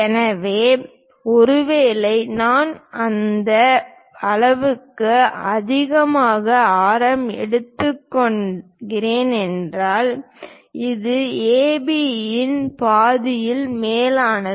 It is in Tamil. எனவே ஒருவேளை நான் இந்த அளவுக்கு அதிகமான ஆரம் எடுத்துக்கொள்கிறேன் இது ஏபியின் பாதிக்கும் மேலானது